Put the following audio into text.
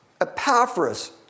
Epaphras